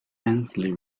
ainslie